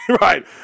Right